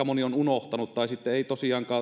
moni on ehkä unohtanut tai sitten ei tosiaankaan